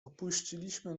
opuściliśmy